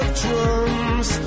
drums